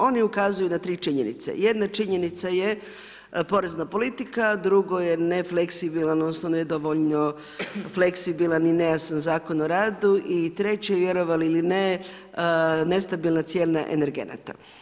Oni ukazuju na 3 činjenice, jedna činjenica je porezna politika, drugo je nefleksibilan, odnosno, nedovoljno fleksibilan i nejasan Zakon o radu i treće vjerovali ili ne, nestabilne cijene energenata.